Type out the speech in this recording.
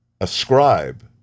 ascribe